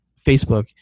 Facebook